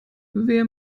wer